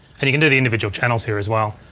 and you can do the individual channels here as well.